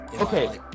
Okay